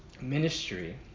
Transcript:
ministry